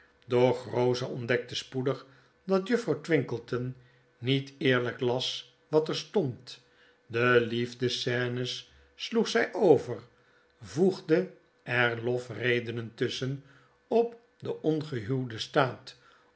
doch rosa ontdekte spoedig dat juffrouw twinkleton niet eerlijk las wat er stond de liefde scenes sloeg zy over voegde er lofredenen tusschen op den ongehuwden staat